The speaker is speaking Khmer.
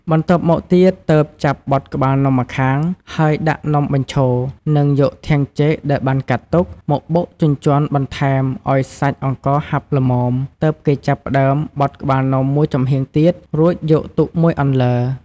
បន្ទាប់មកទៀត ទើបចាប់បត់ក្បាលនំម្ខាង ហើយដាក់នំបញ្ឈរ និងយកធាងចេកដែលបានកាត់ទុក មកបុកជញ្ជាន់បន្ថែមឱ្យសាច់អង្ករហាប់ល្មម ទើបគេចាប់ផ្តើមបត់ក្បាលនំមួយចំហៀងទៀត រួចយកទុកមួយអន្លើ។